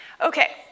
Okay